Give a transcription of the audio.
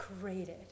created